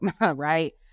right